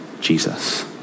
Jesus